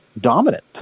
dominant